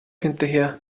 hinterher